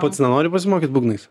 pats nenori pasimokyt būgnais